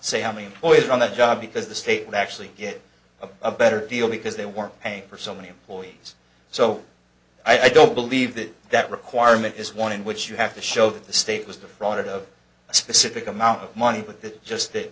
say how many employees on the job because the state will actually get a better deal because they weren't paying for so many employees so i don't believe that that requirement is one in which you have to show that the state was defrauded of a specific amount of money but that just that